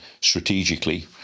strategically